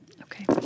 Okay